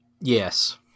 Yes